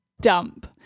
Dump